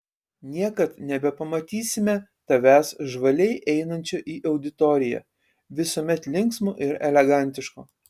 niekad nebepamatysime tavęs žvaliai einančio į auditoriją visuomet linksmo ir elegantiško